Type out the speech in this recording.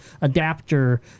adapter